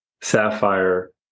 Sapphire